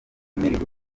emile